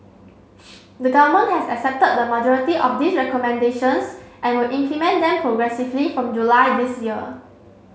the government has accepted the majority of these recommendations and will implement them progressively from July this year